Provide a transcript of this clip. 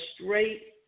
straight